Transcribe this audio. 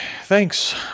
Thanks